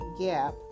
gap